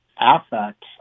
affect